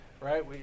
right